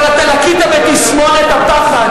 אבל אתה לקית בתסמונת הפחד.